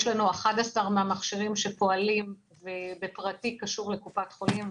11% מהמכשירים שפועלים בפרטי קשורים לקופת חולים,